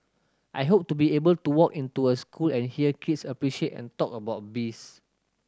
I hope to be able to walk into a school and hear kids appreciate and talk about bees